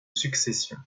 succession